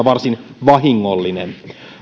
varsin vahingollinen